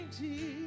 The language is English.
Jesus